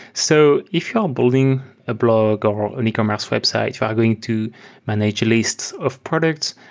so if you're building a blog or an ecommerce website, you are going to manage lists of products,